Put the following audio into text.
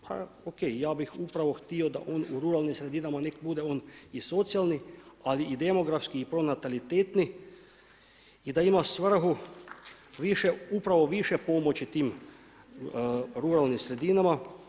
Pa ok ja bih upravo htio da on u ruralnim sredinama nek bude on i socijalni, ali i demografski i pronatalitetni i da ima svrhu upravo više pomoći tim ruralnim sredinama.